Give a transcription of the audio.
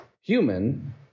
human